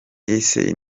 ese